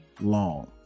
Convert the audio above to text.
long